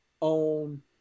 on